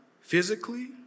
physically